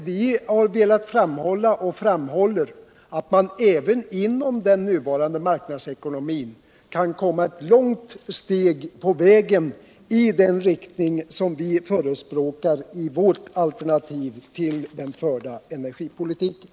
Vi har velat poängtera att man även inom den nuvarande marknadsekonomin kan komma ett långt steg på vägen i den riktning som vi förespråkar i vårt alternativ till den förda energipolitiken.